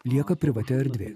lieka privati erdvė